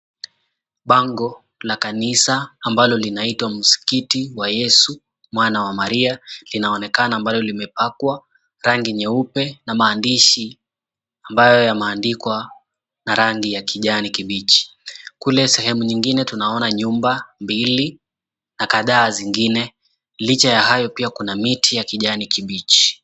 Bango la kanisa ambalo linaitwa Msikiti wa Yesu, Mwana wa Maria, linaonekana ambalo limepakwa rangi nyeupe na maandishi ambayo yameandikwa na rangi ya kijani kibichi. Kule sehemu nyingine tunaona nyumba mbili na kadhaa zingine, licha ya hayo pia kuna miti ya kijani kibichi.